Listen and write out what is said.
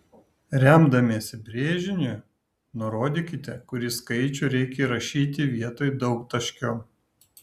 remdamiesi brėžiniu nurodykite kurį skaičių reikia įrašyti vietoj daugtaškio